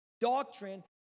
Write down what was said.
doctrine